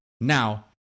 now